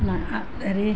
নাই হেৰি